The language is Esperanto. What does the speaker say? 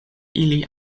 ili